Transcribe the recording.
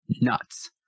Nuts